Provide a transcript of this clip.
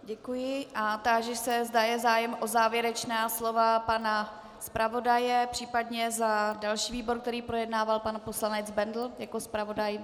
Děkuji a táži se, zda je zájem o závěrečná slova pana zpravodaje, případně za další výbor, který projednával, pan poslanec Bendl jako zpravodaj.